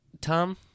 Tom